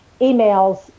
emails